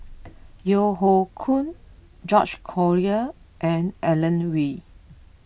Yeo Hoe Koon George Collyer and Alan Oei